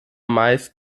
meist